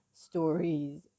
stories